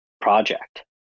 project